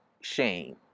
shame